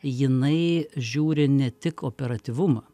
jinai žiūri ne tik operatyvumą